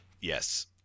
Yes